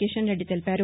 కిషన్ రెడ్డి తెలిపారు